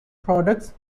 products